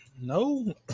No